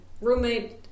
roommate